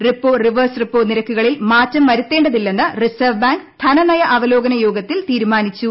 repo reverse repo നിരക്കുകളിൽ മാറ്റം വരുത്തേണ്ടതില്ലെന്ന് റിസർവ് ബാങ്ക് ധനനയ അവലോകന യോഗത്തിൽ തീരുമാനിച്ചു